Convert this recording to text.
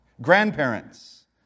Grandparents